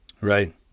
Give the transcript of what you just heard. Right